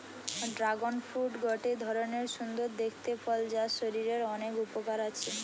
dragon fruit গটে ধরণের সুন্দর দেখতে ফল যার শরীরের অনেক উপকার আছে